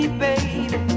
baby